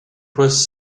was